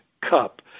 cup